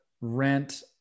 rent